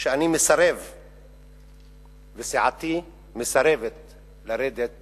שאני מסרב וסיעתי מסרבת לרדת